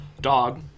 dog